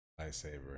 lightsaber